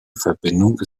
verbindung